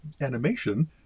animation